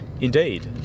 Indeed